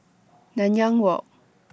Nanyang Walk